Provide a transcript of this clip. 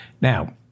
Now